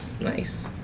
Nice